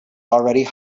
already